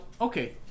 okay